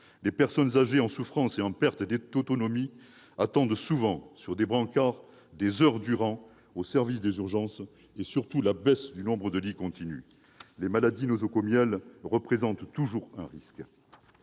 Les personnes âgées en souffrance et en perte d'autonomie attendent souvent des heures durant sur des brancards au service des urgences. Surtout, la baisse du nombre de lits continue. Les maladies nosocomiales représentent toujours un risque.